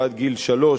ועד גיל שלוש,